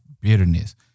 Bitterness